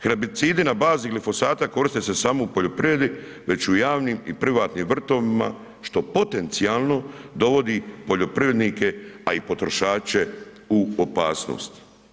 Herbicidi na bazi glifosata koriste se samo u poljoprivredi već u javnim i privatnim vrtovima što potencijalno dovodi poljoprivrednike, a i potrošače u opasnost.